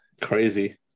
crazy